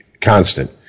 constant